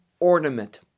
ornament